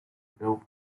built